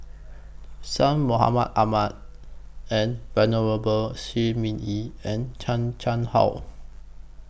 Syed Mohamed Ahmed and Venerable Shi Ming Yi and Chan Chang How